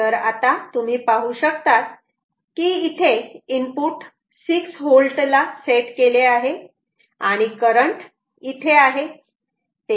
तर आता तुम्ही पाहू शकतात की इथे इनपुट 6 V ला सेट केले आहे आणि करंट इथे आहे